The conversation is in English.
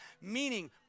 Meaning